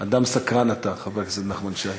אדם סקרן אתה, חבר הכנסת נחמן שי.